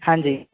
ਹਾਂਜੀ